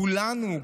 כולנו,